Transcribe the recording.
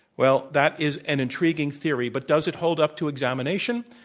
well, that is an intriguing theory, but does it hold up to examination?